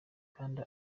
kandi